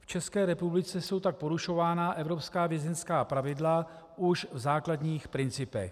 V České republice jsou tak porušována evropská vězeňská pravidla už v základních principech.